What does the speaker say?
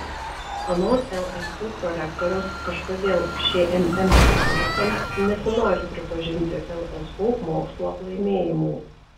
anot lsu prorektoriaus kažkodėl šmm specialistams nesinori pripažinti lsu mokslo laimėjimų